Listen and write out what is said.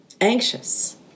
anxious